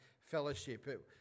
fellowship